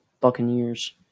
Buccaneers